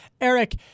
Eric